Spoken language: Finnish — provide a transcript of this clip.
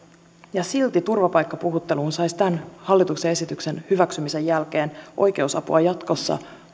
ja silti turvapaikkapuhutteluun saisi tämän hallituksen esityksen hyväksymisen jälkeen oikeusapua jatkossa